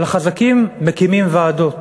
על החזקים מקימים ועדות,